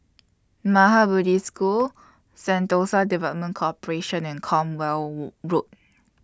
Maha Bodhi School Sentosa Development Corporation and Cornwall Road